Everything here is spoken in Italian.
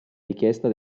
richiesta